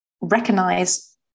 recognize